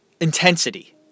Intensity